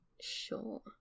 Sure